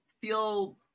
feel